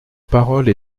parole